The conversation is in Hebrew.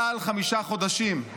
מעל חמישה חודשים?